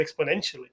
exponentially